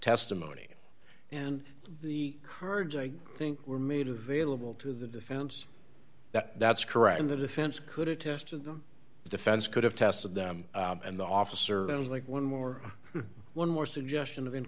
testimony and the kurds i think were made available to the defense that that's correct and the defense could have tested them the defense could have tested them and the officer was like one more one more suggestion of in